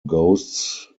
ghosts